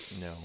No